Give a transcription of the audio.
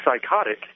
psychotic